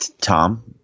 Tom